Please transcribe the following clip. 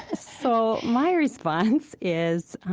ah so my response is,